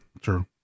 true